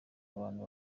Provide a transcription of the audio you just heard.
abantu